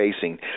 facing